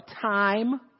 time